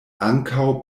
ankaŭ